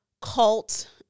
Cult